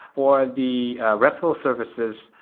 or the restful services,